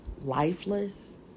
lifeless